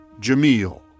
Jamil